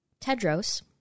Tedros